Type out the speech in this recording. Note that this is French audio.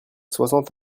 soixante